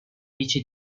vice